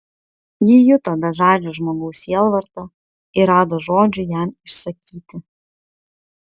ji juto bežadžio žmogaus sielvartą ir rado žodžių jam išsakyti